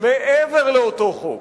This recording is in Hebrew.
מעבר לאותו חוק,